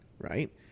right